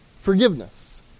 forgiveness